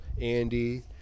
Andy